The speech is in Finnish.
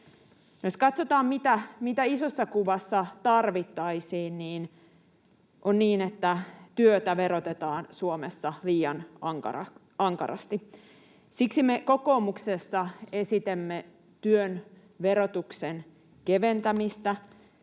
Jos katsotaan, mitä isossa kuvassa tarvittaisiin, on niin, että työtä verotetaan Suomessa liian ankarasti. Siksi me kokoomuksessa esitämme työn verotuksen keventämistä.